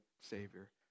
Savior